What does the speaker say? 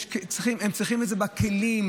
הם צריכים את זה בכלים,